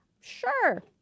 Sure